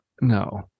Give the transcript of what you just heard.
no